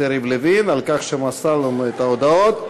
יריב לוין על כך שמסר לנו את ההודעות.